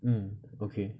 mm okay